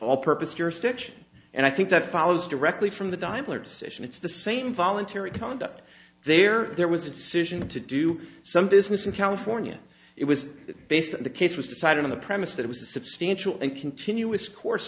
all purpose jurisdiction and i think that follows directly from the diaper decision it's the same voluntary conduct there there was a decision to do some business in california it was based on the case was decided on the premise that was a substantial and continuous course